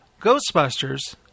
Ghostbusters